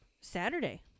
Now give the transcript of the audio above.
Saturday